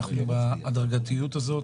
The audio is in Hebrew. אנחנו בהדרגתיות הזאת